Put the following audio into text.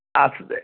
अच्छा